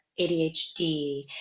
ADHD